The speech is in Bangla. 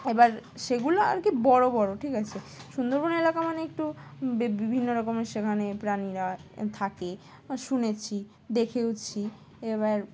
এবার সেগুলো আর কি বড়ো বড়ো ঠিক আছে সুন্দরবন এলাকা মানে একটু বিভিন্ন রকমের সেখানে প্রাণীরা থাকে শুনেছি দেখেওছি এবার